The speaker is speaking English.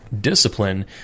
discipline